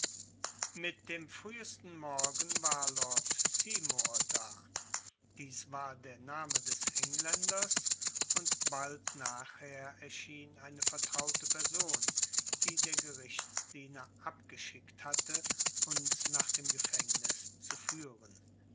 mit dem frühesten morgen war lord seymour da dies war der name des engländers und bald nachher erschien eine vertraute person die der gerichtsdiener abgeschickt hatte uns nach dem gefängnis zu führen